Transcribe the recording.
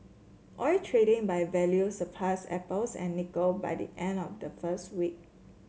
oil trading by value surpassed apples and nickel by the end of the first week